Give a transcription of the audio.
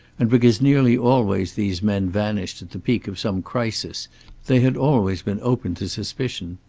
and because nearly always these men vanished at the peak of some crisis they had always been open to suspicion.